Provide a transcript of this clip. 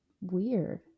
weird